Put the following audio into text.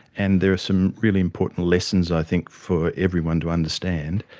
and there are some really important lessons i think for everyone to understand.